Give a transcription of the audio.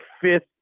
fifth